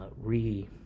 re